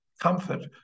comfort